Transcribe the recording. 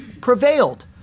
prevailed